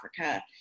Africa